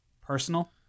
personal